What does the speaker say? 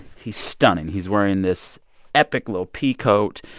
he's stunning. he's wearing this epic little peacoat,